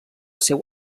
seu